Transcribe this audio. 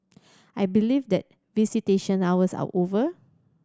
I believe that visitation hours are over